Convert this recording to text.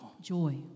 Joy